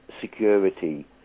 security